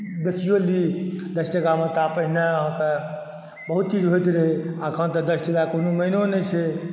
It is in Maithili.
बेचियो ली दस टाका मे तऽ पहिने आहाँ के बहुत चीज होइत रहै अखन तऽ दस टाका के कोनो मायनो नहि छै